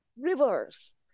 rivers